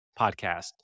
podcast